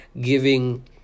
giving